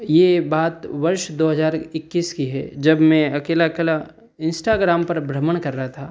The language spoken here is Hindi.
यह बात वर्ष दो हज़ार इक्कीस की है जब मैं अकेला अकेला इन्स्टाग्राम पर भ्रमण कर रहा था